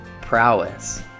prowess